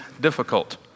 difficult